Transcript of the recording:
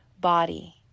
body